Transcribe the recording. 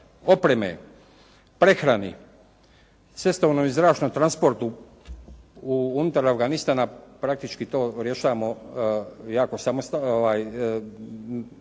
opreme, prehrani, cestovnom i zračnom transportu unutar Afganistana praktički to rješavamo samostalno